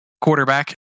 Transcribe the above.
quarterback